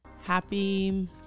Happy